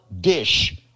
dish